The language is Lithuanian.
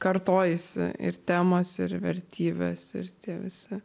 kartojasi ir temos ir vertybės ir tie visi